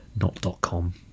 Not.com